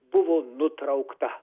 buvo nutraukta